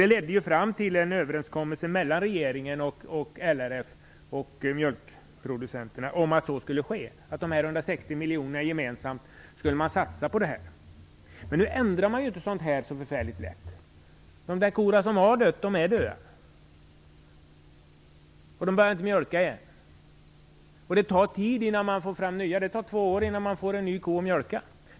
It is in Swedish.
Det ledde fram till en överenskommelse mellan regeringen, LRF och mjölkproducenterna om att dessa 160 miljoner skulle satsas på detta. Nu ändrar man ju inte något sådant så lätt. De kor som har dött är döda, och de börjar inte mjölka igen. Det tar två år innan man får en ny ko att mjölka.